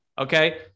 okay